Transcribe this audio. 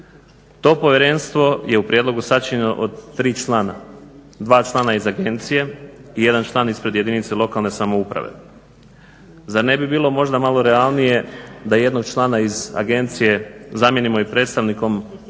To povjerenstvo je u prijedlogu sačinjeno od 3 člana, 2 člana iz agencije i 1 član ispred jedinice lokalne samouprave. Zar ne bi bilo možda malo realnije da jednog člana iz agencije zamijenimo i predstavnikom,